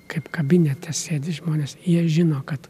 kaip kabinete sėdi žmonės jie žino kad